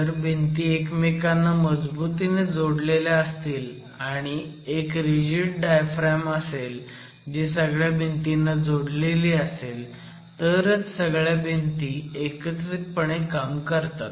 जर भिंती एकमेकांना मजबुतीने जोडलेल्या असतील आणि जर एक रिजिड डायफ्रॅम असेल जी सगळ्या भिंतींना जोडलेली असेल तरच सगळ्या भिंती एकत्रितपणे काम करतात